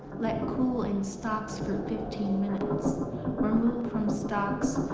let cool in stocks for fifteen minutes. remove from stocks,